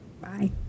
Bye